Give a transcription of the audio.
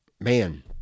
Man